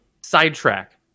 sidetrack